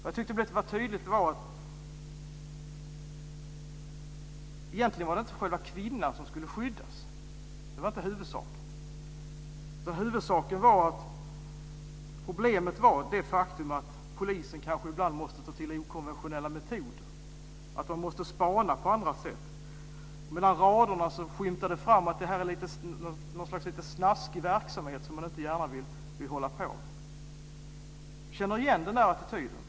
Jag tyckte att det var tydligt att huvudsaken inte var att skydda själva kvinnan, utan huvudsaken var att det var ett problem att polisen ibland måste ta till okonventionella metoder, att de måste spana på andra sätt. Mellan raderna skymtar det fram att det är en snaskig verksamhet som man inte gärna vill hålla på med. Jag känner igen attityden.